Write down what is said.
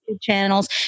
channels